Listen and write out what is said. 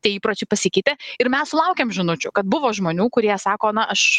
tie įpročiai pasikeitė ir mes sulaukiam žinučių kad buvo žmonių kurie sako na aš